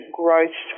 growth